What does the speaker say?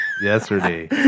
Yesterday